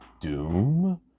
doom